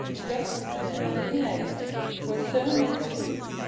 just as if their thin legs were so many springs,